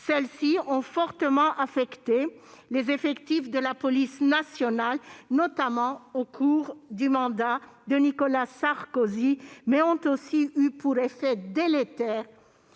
Celles-ci ont fortement affecté les effectifs de la police nationale, notamment au cours du mandat de Nicolas Sarkozy, mais ont aussi eu pour effet délétère